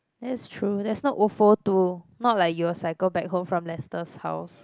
that's true there's no ofo to not like you will cycle back home from Lester's house